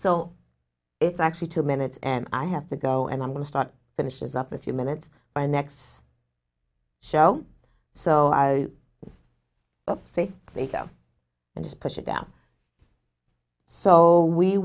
so it's actually two minutes and i have to go and i'm going to start finishes up a few minutes my next show so i say they go and just push it down so we